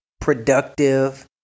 productive